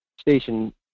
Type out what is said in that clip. station